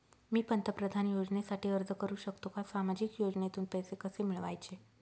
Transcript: मी पंतप्रधान योजनेसाठी अर्ज करु शकतो का? सामाजिक योजनेतून पैसे कसे मिळवायचे